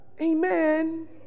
Amen